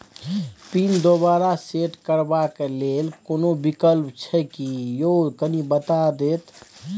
Pin दोबारा set करबा के लेल कोनो विकल्प छै की यो कनी बता देत?